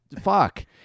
Fuck